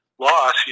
Loss